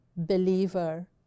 believer